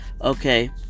Okay